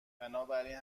بنابراین